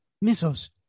Missiles